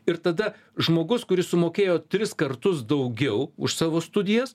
ir tada žmogus kuris sumokėjo tris kartus daugiau už savo studijas